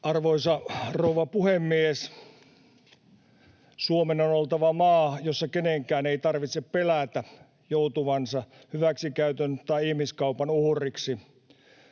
Arvoisa rouva puhemies! Suomen on oltava maa, jossa kenenkään ei tarvitse pelätä joutuvansa hyväksikäytön tai ihmiskaupan uhriksi.